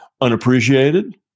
unappreciated